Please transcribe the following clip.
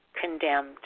condemned